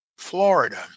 Florida